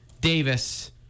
Davis